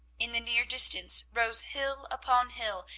in the near distance rose hill upon hill,